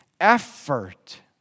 effort